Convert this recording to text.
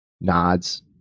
nods